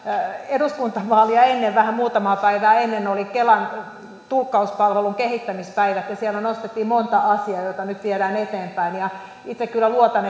eduskuntavaaleja muutamaa päivää ennen oli kelan tulkkauspalvelun kehittämispäivät ja siellä nostettiin monta asiaa joita nyt viedään eteenpäin itse kyllä luotan